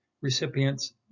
recipients